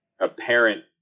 apparent